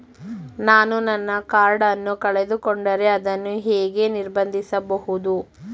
ನಾನು ನನ್ನ ಕಾರ್ಡ್ ಅನ್ನು ಕಳೆದುಕೊಂಡರೆ ಅದನ್ನು ಹೇಗೆ ನಿರ್ಬಂಧಿಸಬಹುದು?